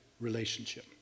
relationship